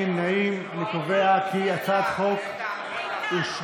אני קובע כי הצעת החוק אושרה.